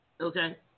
Okay